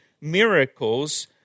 miracles